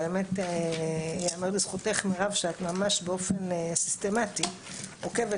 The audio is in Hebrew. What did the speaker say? באמת ייאמר לזכותך מירב שאת ממש באופן סיסטמטי עוקבת